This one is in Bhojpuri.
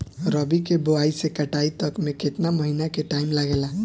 रबी के बोआइ से कटाई तक मे केतना महिना के टाइम लागेला?